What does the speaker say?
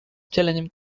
wcieleniem